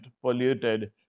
polluted